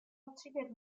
uccidere